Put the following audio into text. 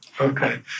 Okay